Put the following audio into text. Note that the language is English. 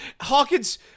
Hawkins